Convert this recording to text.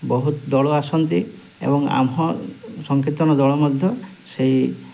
ବହୁତ ଦଳ ଆସନ୍ତି ଏବଂ ଆମ ସଂକୀର୍ତ୍ତନ ଦଳ ମଧ୍ୟ ସେହି